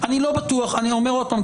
אני אומר עוד פעם,